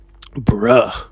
bruh